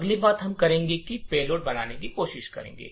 अगली बात हम करेंगे एक पेलोड बनाने के लिए है